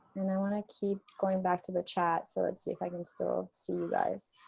and i want to keep going back to the chat, so let's see if i can still see you guys,